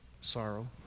sorrow